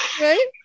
Right